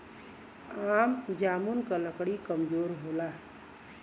आम जामुन क लकड़ी कमजोर होला